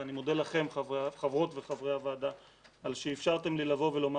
ואני מודה לכם חברות וחברי הוועדה על שאפשרתם לי לבוא ולומר